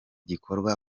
gikorwa